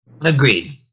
Agreed